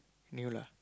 new lah